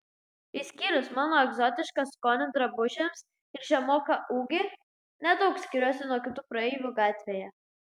išskyrus mano egzotišką skonį drabužiams ir žemoką ūgį nedaug skiriuosi nuo kitų praeivių gatvėje